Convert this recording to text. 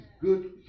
good